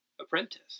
apprentice